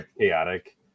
chaotic